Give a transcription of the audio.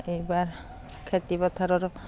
এইবাৰ খেতি পথাৰৰ